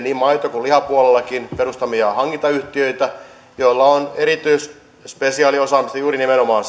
niin maito kuin lihapuolellakin tuottajaosuuskuntien perustamia hankintayhtiöitä joilla on spesiaaliosaamista juuri nimenomaan